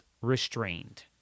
restrained